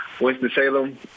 Winston-Salem